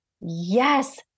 yes